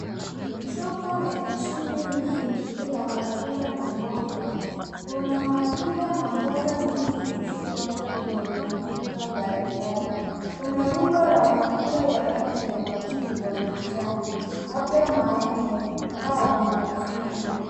Soko lenye shughuli nyingi la matunda na mboga. Kuna matunda na mboga nyingi zilizopangwa kwenye maduka mbalimbali. Kuna rundo la matunda mbalimbali ya rangi ya machungwa na jano labda maembe au machungwa.